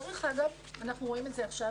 דרך אגב, אנחנו רואים את זה עכשיו